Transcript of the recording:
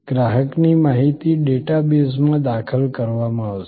ગ્રાહકની માહિતી ડેટા બેઝમાં દાખલ કરવામાં આવશે